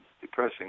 depressing